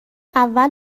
اول